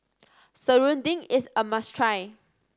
serunding is a must try